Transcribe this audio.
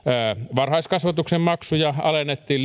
varhaiskasvatuksen maksuja alennettiin